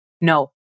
no